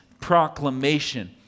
proclamation